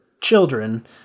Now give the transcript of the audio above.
children